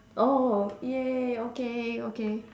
orh !yay! okay okay